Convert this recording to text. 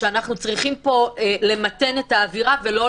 שאנחנו צריכים פה למתן את האווירה ולא